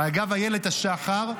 כאיילת השחר,